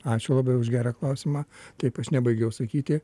ačiū labai už gerą klausimą taip aš nebaigiau sakyti